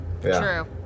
True